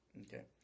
Okay